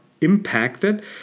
impacted